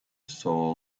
soul